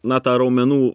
na ta raumenų